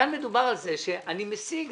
כאן מדובר על זה שאני משיג.